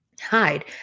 Hide